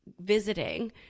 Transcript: visiting